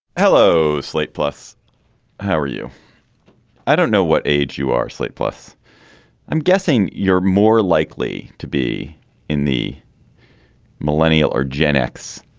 hello slate plus how are you i don't know what age you are. slate plus i'm guessing you're more likely to be in the millennial or gen x